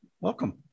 welcome